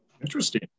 Interesting